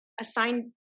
assign